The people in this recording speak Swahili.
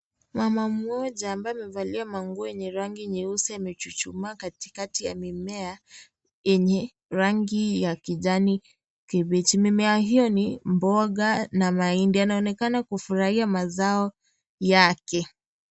Mama mmoja ,ambaye amevalia manguo yenye rangi nyeusi amechuchumaa katikati ya mimea yenye rangi ya kijani kibichi. Mimea hiyo ni mboga na mahindi. Anaonekana kufurahia mazao yake.